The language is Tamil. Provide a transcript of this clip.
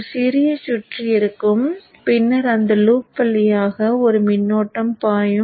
ஒரு சிறிய சுற்று இருக்கும் பின்னர் அந்த லூப் வழியாக ஒரு மின்னோட்டம் பாயும்